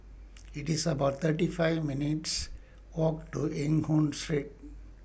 IT IS about thirty five minutes' Walk to Eng Hoon Street